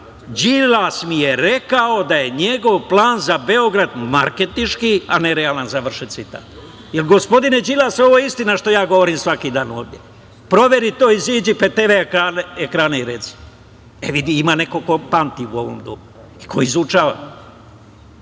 „Đilas mi je rekao da je njegov plan za Beograd marketinški, a nerealan“.Da li je, gospodine Đilas, ovo istina što ja govorim svaki dan ovde? Proveri to, izađi pred TV ekrane i reci. Vidi, ima neko ko pamti u ovom domu i koji izučava.